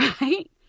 right